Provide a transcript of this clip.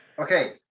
Okay